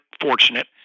fortunate